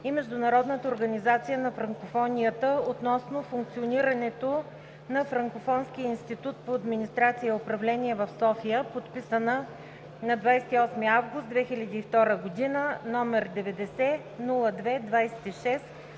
и Международната организация на франкофонията относно функционирането на Франкофонския институт по администрация и управление в София, подписана на 28 август 2002 г., № 90-02-26,